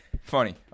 funny